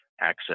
access